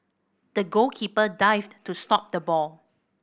the goalkeeper dived to stop the ball